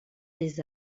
des